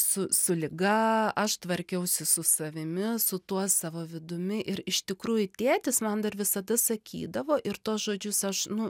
su su liga aš tvarkiausi su savimi su tuo savo vidumi ir iš tikrųjų tėtis man dar visada sakydavo ir tuos žodžius aš nu